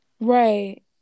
right